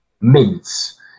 Mince